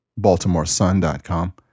BaltimoreSun.com